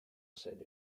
said